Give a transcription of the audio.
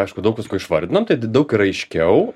aišku daug visko išvardinom tai daug yra aiškiau